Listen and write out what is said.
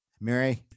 Mary